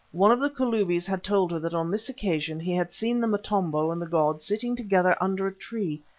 one of the kalubis had told her that on this occasion he had seen the motombo and the god sitting together under a tree,